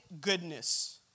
goodness